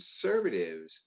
conservatives